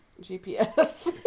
GPS